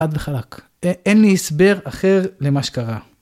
חד לחלק. אין לי הסבר אחר למה שקרה.